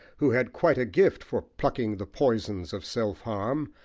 who had quite a gift for plucking the poisons of self-harm,